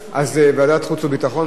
אנחנו נקיים הצבעה על ועדת החוץ והביטחון.